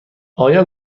آیا